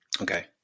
Okay